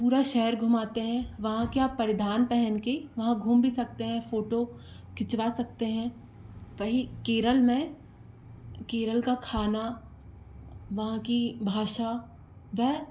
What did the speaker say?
पूरा शहर घूमाते हैं वहाँ क्या परिधान पहन के वहाँ घूम भी सकते हैं फोटो खिंचवा सकते हैं वही केरल में केरल का खाना वहाँ की भाषा वह